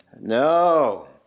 No